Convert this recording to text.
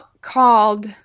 called